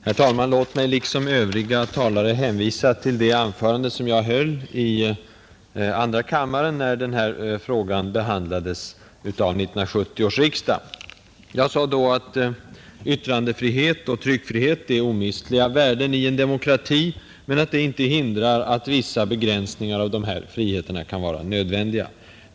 Herr talman! Låt mig liksom övriga talare hänvisa till det anförande som jag höll i andra kammaren när denna fråga behandlades vid 1970 års riksdag. Jag sade då att yttrandefrihet och tryckfrihet är omistliga värden i en demokrati, men att detta inte hindrar att vissa begränsningar i dessa friheter kan vara nödvändiga.